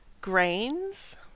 grains